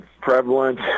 prevalent